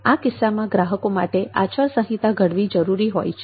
આ કિસ્સાઓમાં ગ્રાહકો માટે આચારસંહિતા ઘડવી જરૂરી હોય છે